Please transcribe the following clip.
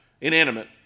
inanimate